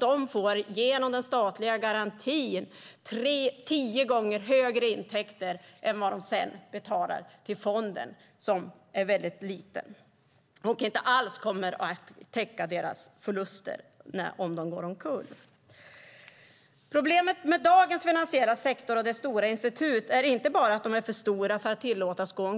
De får alltså genom den statliga garantin intäkter som är tio gånger högre än vad de sedan betalar till fonden, som är väldigt liten och inte alls kommer att täcka deras förluster om de går omkull. Problemet med dagens finansiella sektor och dess stora institut är inte bara att de är för stora att tillåtas gå